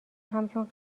همچون